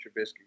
Trubisky